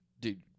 dude